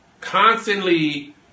constantly